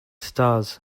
stars